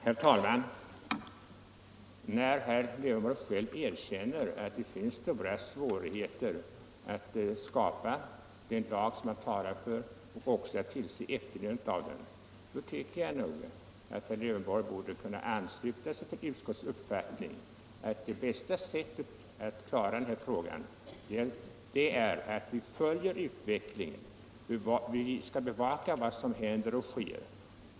Herr talman! När herr Lövenborg själv erkänner att det finns stora svårigheter att skapa den lag som han talat för och även att tillse efterlevnaden av den tycker jag att herr Lövenborg borde kunna ansluta sig till utskottets uppfattning att det bästa sättet att klara denna fråga är att avvakta utvecklingen. Vi skall bevaka vad som händer och sker.